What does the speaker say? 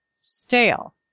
stale